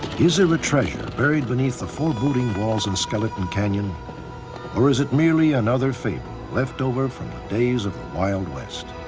is there a treasure buried beneath the full building walls in skeleton canyon or is it merely another fake leftover from the days of wild west.